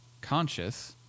conscious